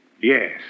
Yes